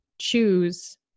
choose